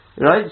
right